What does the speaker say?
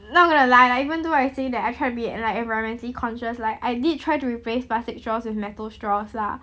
not gonna lie like even though I say that I try to be like environmentally conscious like I did try to replace plastic straws with metal straws lah